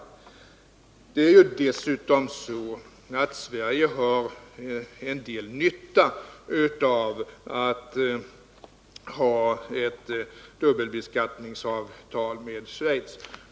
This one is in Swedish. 16 november 1979 Det är dessutom så att Sverige har en del nytta av att ha ett dubbelbe skattningsavtal med Schweiz.